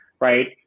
right